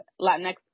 Latinx